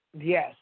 Yes